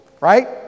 right